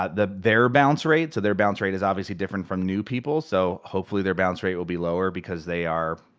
ah their bounce rate, so their bounce rate is obviously different from new people. so, hopefully their bounce rate will be lower because they are,